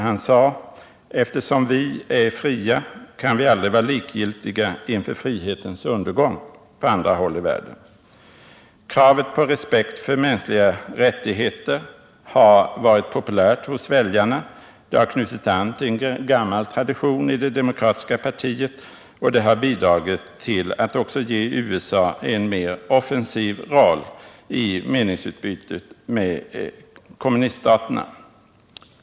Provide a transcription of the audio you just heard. Han sade: Eftersom vi är fria kan vi aldrig vara likgiltiga inför frihetens undergång på andra håll i världen. Kravet på respekt för mänskliga rättigheter har varit populärt hos väljarna — det har knutit an till en gammal tradition i det demokratiska partiet, och det har bidragit till att också ge USA en mer offensiv roll i meningsutbytet med kommuniststaterna.